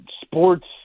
sports